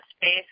space